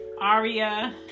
Aria